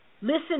Listen